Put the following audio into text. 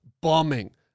bombing